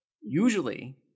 usually